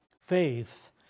faith